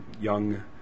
young